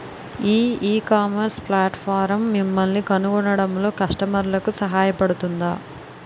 ఈ ecommerce platform మిమ్మల్ని కనుగొనడంలో కస్టమర్లకు సహాయపడుతుందా?